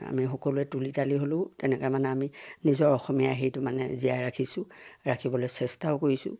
আমি সকলোৱে তুলি তালি হ'লেও তেনেকৈ মানে আমি নিজৰ অসমীয়া হেৰিটো মানে জীয়াই ৰাখিছোঁ ৰাখিবলৈ চেষ্টাও কৰিছোঁ